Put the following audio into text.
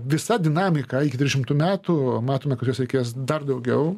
visa dinamika iki tridešimtų metų matome kad jos reikės dar daugiau